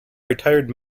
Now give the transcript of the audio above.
retired